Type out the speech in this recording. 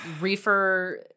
reefer